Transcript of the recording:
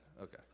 Okay